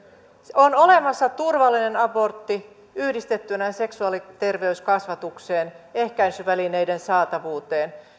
on olemassa turvallinen abortti yhdistettynä seksuaaliterveyskasvatukseen ehkäisyvälineiden saatavuuteen